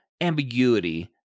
ambiguity